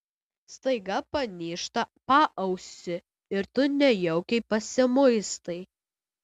staiga panyžta paausį ir tu nejaukiai pasimuistai